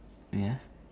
wait ah